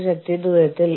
ചില സമീപനങ്ങൾ